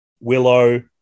Willow